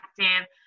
active